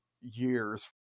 years